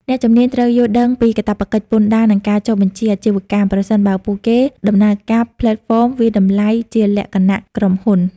អ្នកជំនាញត្រូវយល់ដឹងពីកាតព្វកិច្ចពន្ធដារ និងការចុះបញ្ជីអាជីវកម្ម ប្រសិនបើពួកគេដំណើរការផ្លេតហ្វមវាយតម្លៃជាលក្ខណៈក្រុមហ៊ុន។